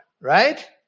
right